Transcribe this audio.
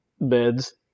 beds